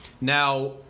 now